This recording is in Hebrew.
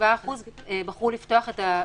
87% בחרו לפתוח במסלול.